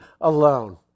alone